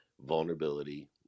vulnerability